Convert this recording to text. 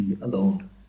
alone